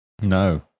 No